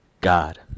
God